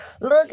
look